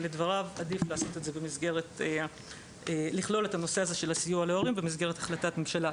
אבל לדבריו עדיף לכלול את הנושא הזה של סיוע להורים במסגרת החלטת ממשלה,